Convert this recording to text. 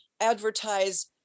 advertise